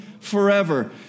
Forever